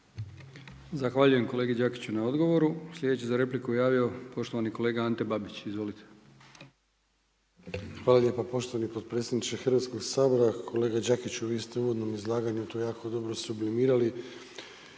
Zahvaljujem kolegi Đakiću na odgovoru. Slijedeći za repliku javio poštovani kolega Ante Babić. Izvolite. **Babić, Ante (HDZ)** Hvala lijepa poštovani potpredsjedniče Hrvatskog sabora. Kolega Đakiću, vi ste u uvodnom izlaganju to jako dobro sublimirali,